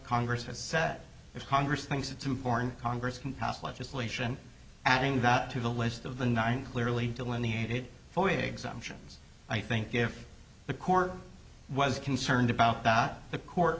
congress has said if congress thinks it's important congress can pass legislation adding that to the list of the nine clearly delineated for wigs options i think if the court was concerned about that the court